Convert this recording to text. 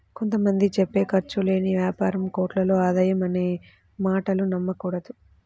కొంత మంది చెప్పే ఖర్చు లేని యాపారం కోట్లలో ఆదాయం అనే మాటలు నమ్మకూడదు